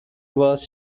was